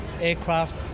aircraft